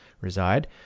reside